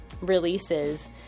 releases